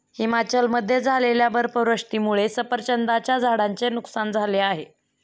हिमाचलमध्ये झालेल्या बर्फवृष्टीमुळे सफरचंदाच्या झाडांचे नुकसान झाले आहे